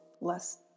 less